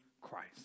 Christ